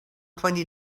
twenty